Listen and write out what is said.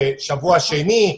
זה שבוע שני,